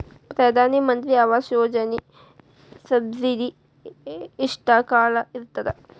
ಪ್ರಧಾನ ಮಂತ್ರಿ ಆವಾಸ್ ಯೋಜನಿ ಸಬ್ಸಿಡಿ ಎಷ್ಟ ಕಾಲ ಇರ್ತದ?